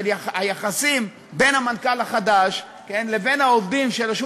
היחסים בין המנכ"ל החדש לבין העובדים של רשות